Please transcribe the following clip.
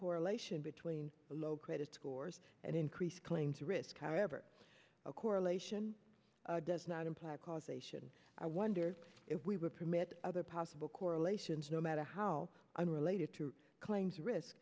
correlation between low credit scores and increased claims risk however a correlation does not imply causation i wonder if we will permit other possible correlations no matter how unrelated to claims